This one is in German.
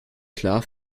klar